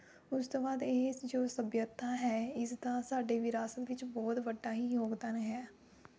ਉਸ ਤੋਂ ਬਾਅਦ ਇਹ ਜੋ ਸੱਭਿਅਤਾ ਹੈ ਇਸ ਦਾ ਸਾਡੇ ਵਿਰਾਸਤ ਵਿੱਚ ਬਹੁਤ ਵੱਡਾ ਯੋਗਦਾਨ ਹੈ